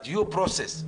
ב-due process.